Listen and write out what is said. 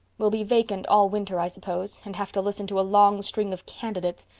we'll be vacant all winter, i suppose, and have to listen to a long string of candidates.